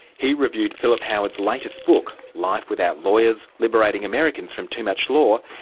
he reviewed philip howard's latest book life without lawyers liberating americans from too much law,